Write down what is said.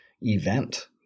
event